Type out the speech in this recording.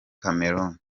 cameroun